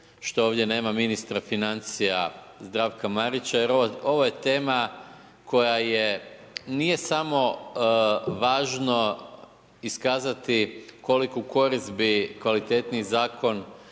što ovdje nema ministra financija Zdravka Marića jer ovo je tema koja je, nije samo važno iskazati koliku korist bi kvalitetniji zakon